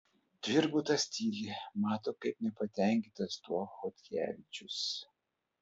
tvirbutas tyli mato kaip nepatenkintas tuo chodkevičius